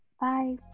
Bye